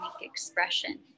expression